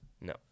No